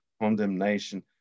condemnation